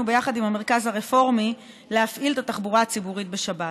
יחד עם המרכז הרפורמי להפעיל את התחבורה הציבורית בשבת.